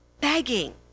begging